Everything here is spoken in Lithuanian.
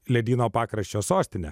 ledyno pakraščio sostinė